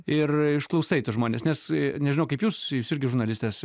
ir išklausai tu žmones nes nežinau kaip jūs jūs irgi žurnalistės